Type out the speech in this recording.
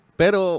pero